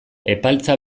epaltza